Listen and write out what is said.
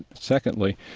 secondly,